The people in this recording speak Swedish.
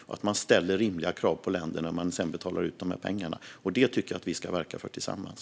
Och man ska ställa rimliga krav på länder när man sedan betalar ut dessa pengar. Detta tycker jag att vi ska verka för tillsammans.